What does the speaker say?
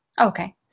okay